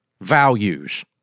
values